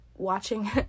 watching